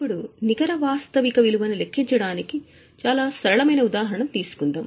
ఇప్పుడు నికర వాస్తవిక విలువను లెక్కించడానికి చాలా సరళమైన కేసును తీసుకుందాం